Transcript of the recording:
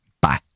Bye